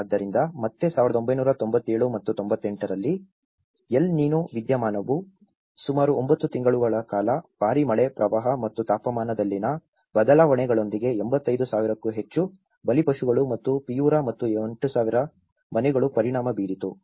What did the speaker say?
ಆದ್ದರಿಂದ ಮತ್ತೆ 1997 ಮತ್ತು 1998 ರಲ್ಲಿ ಎಲ್ ನಿನೊ ವಿದ್ಯಮಾನವು ಸುಮಾರು 9 ತಿಂಗಳುಗಳ ಕಾಲ ಭಾರೀ ಮಳೆ ಪ್ರವಾಹ ಮತ್ತು ತಾಪಮಾನದಲ್ಲಿನ ಬದಲಾವಣೆಗಳೊಂದಿಗೆ 85000 ಕ್ಕೂ ಹೆಚ್ಚು ಬಲಿಪಶುಗಳು ಮತ್ತು ಪಿಯುರಾ ಮತ್ತು 8000 ಮನೆಗಳು ಪರಿಣಾಮ ಬೀರಿತು